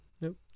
Nope